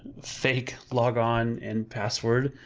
fake logon and password,